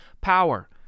power